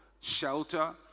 shelter